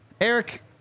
Eric